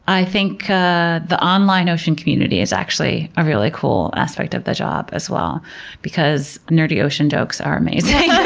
i think the online ocean community is actually a really cool aspect of the job as well because nerdy ocean jokes are amazing.